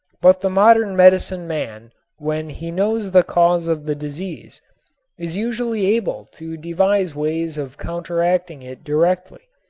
but the modern medicine man when he knows the cause of the disease is usually able to devise ways of counteracting it directly.